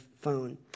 phone